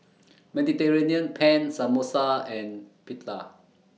Mediterranean Penne Samosa and Pita